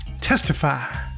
Testify